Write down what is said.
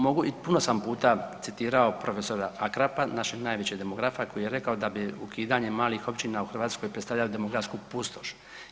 Mogu i puno sam puta citirao prof. Akrapa, našeg najvećeg demografa koji je rekao da bi ukidanje malih općina u Hrvatskoj predstavljalo demografsku pustoš.